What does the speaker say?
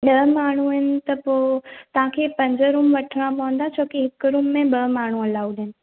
ॾह माण्हूं इन त पोइ तव्हां खे पंज रूम वठणा पवंदा छोकि हिक रूम में ॿ माण्हूं अलाउड आहिनि